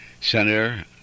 Senator